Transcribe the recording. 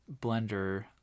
blender